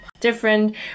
different